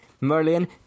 Merlin